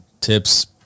tips